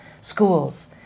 schools